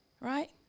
right